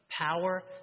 power